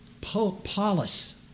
polis